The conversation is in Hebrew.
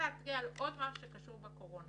התעללות של הצוות בגן הילדים ברמלה.